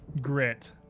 grit